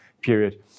period